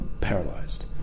paralyzed